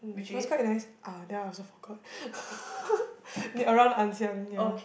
mm it was quite nice ah then I also forgot near around Ann-Siang ya